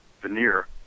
veneer